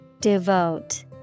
Devote